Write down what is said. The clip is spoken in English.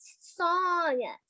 song